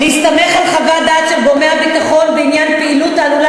להסתמך על חוות-דעת של גורמי הביטחון בעניין פעילות העלולה